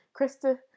Krista